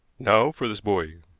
now for this boy.